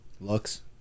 looks